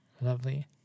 lovely